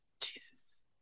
Jesus